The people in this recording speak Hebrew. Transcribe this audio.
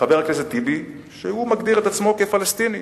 חבר הכנסת טיבי, שהוא מגדיר את עצמו כפלסטיני,